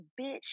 bitch